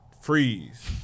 freeze